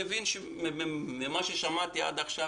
ממה ששמעתי עד עכשיו,